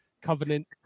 Covenant